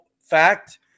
fact